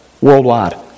worldwide